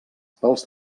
pels